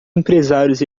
empresários